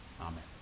Amen